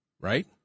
Right